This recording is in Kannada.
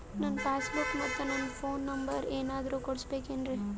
ನನ್ನ ಪಾಸ್ ಬುಕ್ ಮತ್ ನನ್ನ ಫೋನ್ ನಂಬರ್ ಏನಾದ್ರು ಕೊಡಬೇಕೆನ್ರಿ?